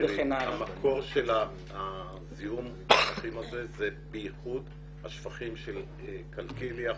המקור של הזיהום הזה הוא במיוחד השפכים של קלקיליה,